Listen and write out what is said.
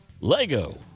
Lego